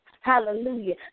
hallelujah